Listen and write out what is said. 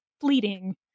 fleeting